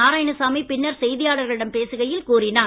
நாராயணசாமி பின்னர் செய்தியாளர்களிடம் பேசுகையில் கூறினார்